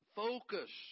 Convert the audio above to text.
focus